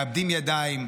מאבדים ידיים,